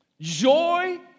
joy